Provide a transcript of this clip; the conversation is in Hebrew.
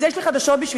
אז יש לי חדשות בשבילכם,